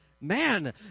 Man